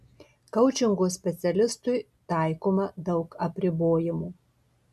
koučingo specialistui taikoma daug apribojimų